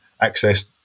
access